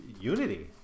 unity